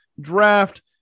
draft